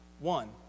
One